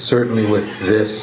certainly with this